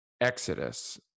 exodus